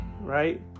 right